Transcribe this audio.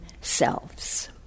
selves